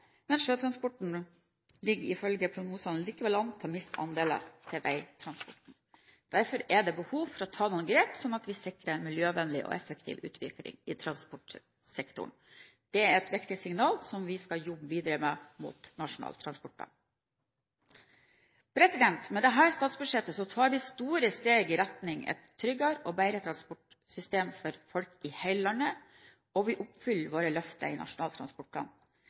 men sjøtransporten ligger ifølge prognosene likevel an til å miste andeler til veitransporten. Derfor er det behov for å ta noen grep, sånn at vi sikrer en miljøvennlig og effektiv utvikling i transportsektoren. Det er et viktig signal som vi skal jobbe videre med mot Nasjonal transportplan. Med dette statsbudsjettet tar vi store steg i retning et tryggere og bedre transportsystem for folk i hele landet, og vi oppfyller våre løfter i Nasjonal transportplan.